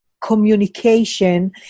communication